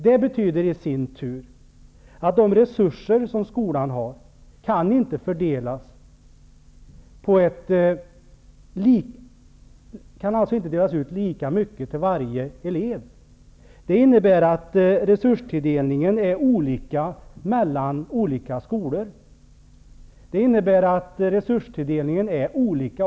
Det betyder i sin tur att de resurser som skolan har inte kan fördelas med lika mycket till varje elev. Resurstilldelningen måste därför bli olika till olika skolor och även inom en klass.